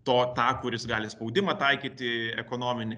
to tą kuris gali spaudimą taikyti ekonominį